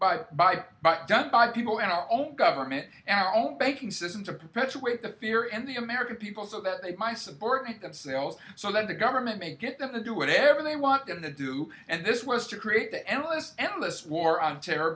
people by by done by people in our own government and our own banking system to perpetuate the fear and the american people so that they might support themselves so that the government may get them to do whatever they want them to do and this was to create the endless endless war on terror